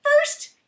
first